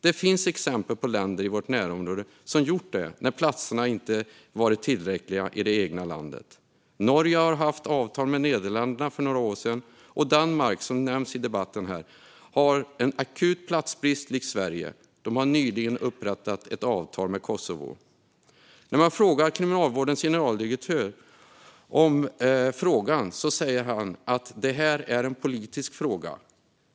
Det finns exempel på länder i vårt närområde som gjort det när platserna i det egna landet inte varit tillräckligt många. Norge hade avtal med Nederländerna för några år sedan. Danmark har likt Sverige akut platsbrist, som nämnts i debatten här, och har nyligen upprättat ett avtal med Kosovo. När man frågar Kriminalvårdens generaldirektör om det här säger han att det är en politisk fråga.